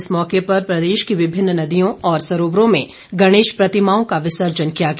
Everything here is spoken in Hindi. इस मौके पर प्रदेश की विभिन्न नदियों और सरोवरों में गणेश प्रतिमाओं का विसर्जन किया गया